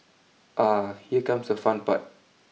ah here comes the fun part